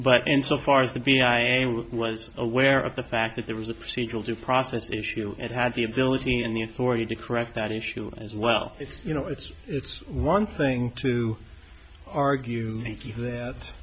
in so far as the b i was aware of the fact that there was a procedural due process issue it had the ability and the authority to correct that issue as well as you know it's it's one thing to argue that